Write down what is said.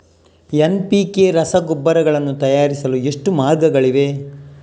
NPK ರಸಗೊಬ್ಬರಗಳನ್ನು ತಯಾರಿಸಲು ಎಷ್ಟು ಮಾರ್ಗಗಳಿವೆ?